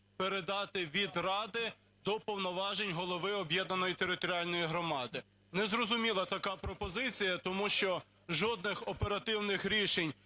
передати від ради до повноважень голови об'єднаної територіальної громади, незрозуміла така пропозиція. Тому що жодних оперативних рішень,